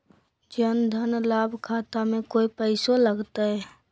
जन धन लाभ खाता में कोइ पैसों लगते?